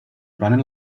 run